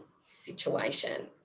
situation